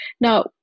now